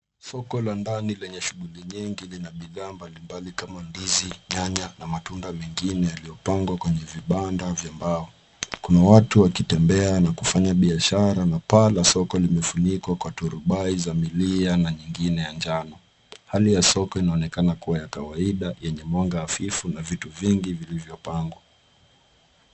Soko la ndani lenye shughuli nyingi lina bidhaa mbalimbali kama vile ndizi, nyanya na matunda mengine yaliyopangwa kwenye vibanda vya mbao. Kuna watu wanatembea wakifanya biashara na paa la soko limefunikwa kwa turubai za milia na nyingine ya njano. Hali ya soko inaonekana kuwa ya kawaida yenye mwanga hafifu na vitu vingi vilivyopangwa.